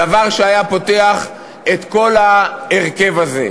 דבר שהיה פותח את כל ההרכב הזה.